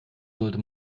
sollte